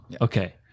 Okay